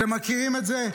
אתם מכירים את זה?